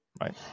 right